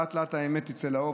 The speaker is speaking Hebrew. לאט-לאט האמת תצא לאור,